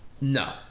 No